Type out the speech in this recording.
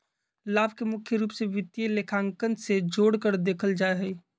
लाभ के मुख्य रूप से वित्तीय लेखांकन से जोडकर देखल जा हई